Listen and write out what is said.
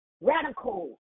radical